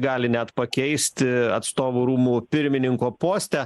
gali net pakeisti atstovų rūmų pirmininko poste